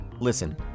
listen